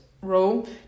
row